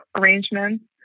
arrangements